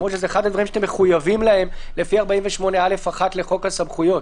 זה אחד הדברים שאתם מחויבים להם לפי 48א1 לחוק הסמכויות.